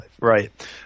right